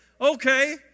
Okay